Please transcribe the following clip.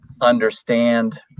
understand